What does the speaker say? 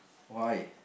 why